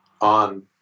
on